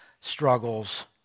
struggles